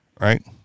right